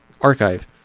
archive